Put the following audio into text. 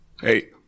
Hey